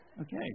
Okay